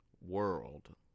World